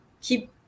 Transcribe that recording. keep